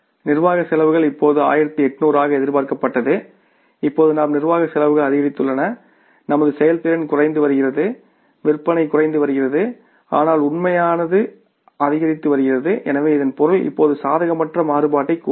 நிர்வாகச் செலவுகள் இப்போது 1800 ஆக எதிர்பார்க்கப்பட்டது இப்போது நம் நிர்வாகச் செலவுகள் அதிகரித்துள்ளன நமது செயல்திறன் குறைந்து வருகிறது விற்பனை குறைந்து வருகிறது ஆனால் உண்மையானது அதிகரித்து வருகிறது எனவே இதன் பொருள் இப்போது சாதகமற்ற மாறுபாட்டைக் கூறுவோம்